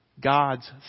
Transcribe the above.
God's